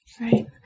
Right